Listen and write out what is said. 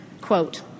Quote